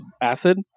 acid